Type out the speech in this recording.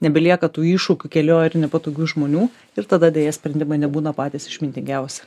nebelieka tų iššūkių kėlio ir nepatogių žmonių ir tada deja sprendimai nebūna patys išmintingiausi